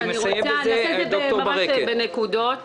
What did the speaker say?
אעשה את זה ממש בנקודות